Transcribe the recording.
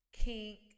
kink